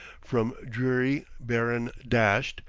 from dreary, barren dasht,